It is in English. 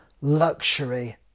luxury